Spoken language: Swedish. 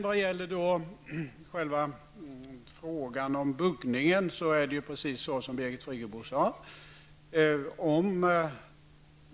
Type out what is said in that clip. Vad gäller själva frågan om buggningen, är det precis som Birgit Friggebo sade.